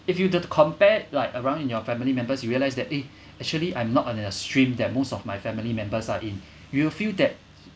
if you did compare like around in your family members you realised that eh actually I'm not on a stream that most of my family members are in you will feel that